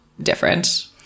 different